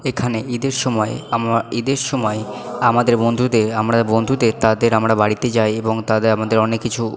এখানে ঈদের সময় ঈদের সময় আমাদের বন্ধুদের আমরা বন্ধুদের তাদের আমরা বাড়িতে যাই এবং তাদের আমাদের অনেক কিছু